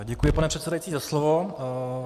Děkuji, pane předsedající, za slovo.